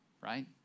Right